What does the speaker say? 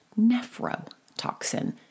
nephrotoxin